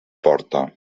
porta